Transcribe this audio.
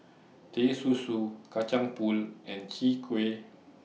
Teh Susu Kacang Pool and Chwee Kueh